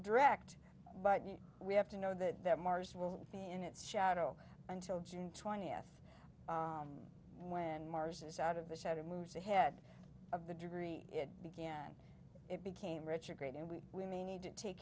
direct but we have to know that mars will be in its shadow until june twentieth when mars is out of the shadow moves ahead of the degree it began it became richer great and we we may need to take